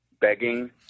begging